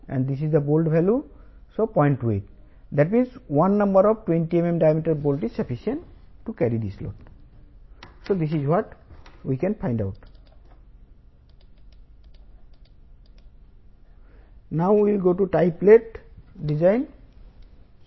టై plate built up column యొక్క ప్రతి చివరలో టై ప్లేట్లు పెట్టాలి